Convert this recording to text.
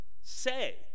say